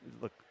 look